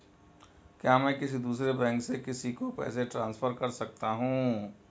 क्या मैं किसी दूसरे बैंक से किसी को पैसे ट्रांसफर कर सकता हूं?